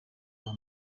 rwa